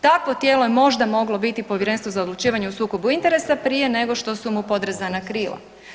Takvo tijelo je možda moglo biti Povjerenstvo za odlučivanje o sukobu interesa prije nego što su mu podrezana krila.